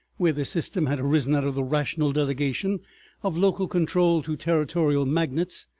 where this system had arisen out of the rational delegation of local control to territorial magnates,